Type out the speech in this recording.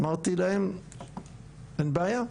אמרתי להן 'אין בעיה',